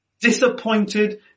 disappointed